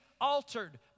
altered